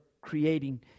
creating